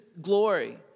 glory